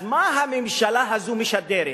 אז מה הממשלה הזו משדרת?